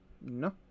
No